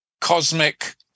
cosmic